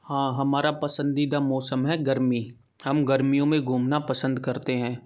हाँ हमारा पसंदीदा मौसम है गर्मी हम गर्मियों में घूमना पसंद करते हैं